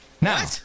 Now